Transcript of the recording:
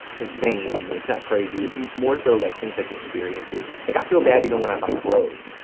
insane, it's not crazy. it's more so like things like experiences. like i feel bad even when i buy clothes,